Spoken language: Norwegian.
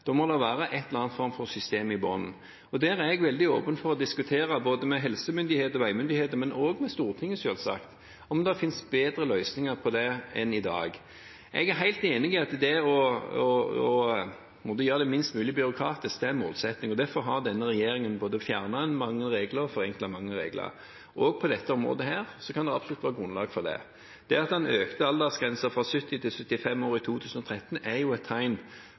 Da må det være en eller annen form for system i bunnen. Der er jeg veldig åpen for å diskutere med helsemyndigheter og veimyndigheter, men også med Stortinget, selvsagt, om det finnes bedre løsninger på det enn det vi har i dag. Jeg er helt enig i at det å gjøre det minst mulig byråkratisk, er en målsetting. Derfor har denne regjeringen både fjernet mange regler og forenklet mange regler. Også på dette området kan det absolutt være grunnlag for det. Det at man økte aldersgrensen fra 70 til 75 år i 2013 er jo et tegn